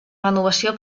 renovació